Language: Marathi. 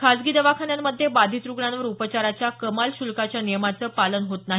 खासगी दवाखान्यांमध्ये बाधित रुग्णांवर उपचाराच्या कमाल श्ल्काच्या नियमाचं पालन होत नाही